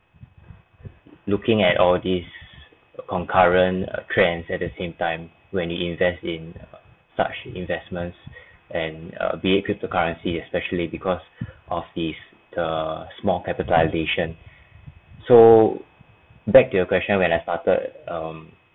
looking at all these concurrent trends at the same time when you invest in such investments and be it cryptocurrency especially because of this the small capitalisation so back to your question when I started um